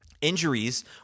Injuries